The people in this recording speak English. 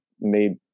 made